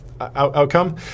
outcome